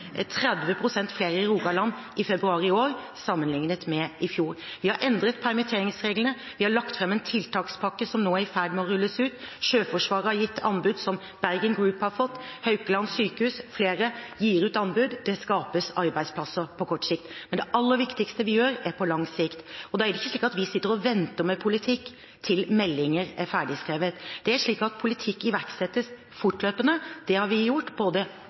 flere i Rogaland i februar i år, sammenlignet med i fjor. Vi har endret permitteringsreglene. Vi har lagt fram en tiltakspakke som nå er i ferd med å rulles ut. Sjøforsvaret har lyst ut anbud som Bergen Group har fått. Haukeland universitetssjukehus og flere lyser ut anbud. Det skapes arbeidsplasser på kort sikt. Men det aller viktigste vi gjør, er på lang sikt, og da er det ikke slik at vi sitter og venter med politikk til meldinger er ferdigskrevet. Det er slik at politikk iverksettes fortløpende. Det har vi gjort